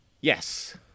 yes